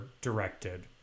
directed